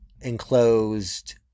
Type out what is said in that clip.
enclosed